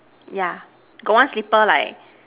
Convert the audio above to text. yeah got one slipper like